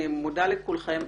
אני מודה לכולכם.